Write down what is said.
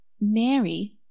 Mary